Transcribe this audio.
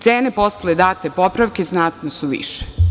Cene posle date popravke znatno su više.